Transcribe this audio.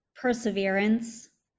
Perseverance